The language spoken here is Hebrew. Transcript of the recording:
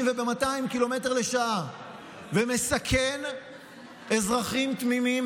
או 200 קילומטר לשעה ומסכן אזרחים תמימים,